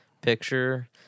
picture